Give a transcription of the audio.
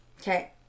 Okay